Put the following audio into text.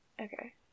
Okay